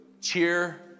cheer